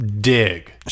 dig